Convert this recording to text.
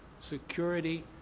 security,